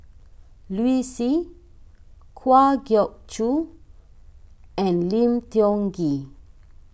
Liu Si Kwa Geok Choo and Lim Tiong Ghee